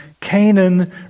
Canaan